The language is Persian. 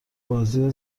بازی